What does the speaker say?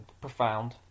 profound